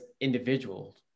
individuals